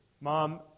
Mom